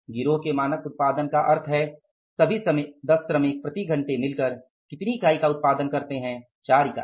गिरोह के मानक उत्पादन का अर्थ है प्रति घंटे सभी 10 श्रमिक कितनी इकाई का उत्पादन करने जा रहे हैं 4 इकाई